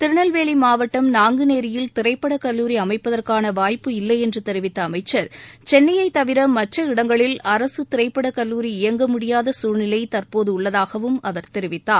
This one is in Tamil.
திருநெல்வேலி மாவளட்டம் நாங்குநேரியில் திரைப்படக்கல்லூரி அமைப்பதற்கான வாய்ப்பு இல்லை என்று தெரிவித்த அமைச்சர் சென்னையை தவிர மற்ற இடங்களில் அரசு திரைப்படக்கல்லூரி இயங்க முடியாத சூழ்நிலை தற்போது உள்ளதாகவும் தெரிவித்தார்